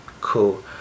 Cool